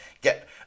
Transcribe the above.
Get